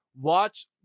watch